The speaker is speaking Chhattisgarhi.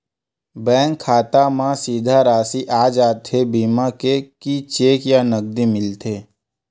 बैंक खाता मा सीधा राशि आ जाथे बीमा के कि चेक या नकदी मिलथे?